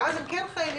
שאז הם כן חייבים,